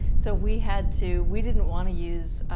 so we had to we didn't wanna use,